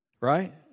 Right